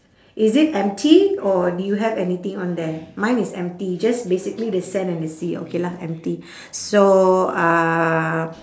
is it empty or do you have anything on there mine is empty just basically the sand and the sea okay lah empty so uh